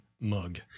mug